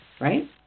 right